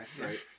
right